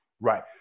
Right